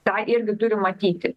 tą irgi turim matyti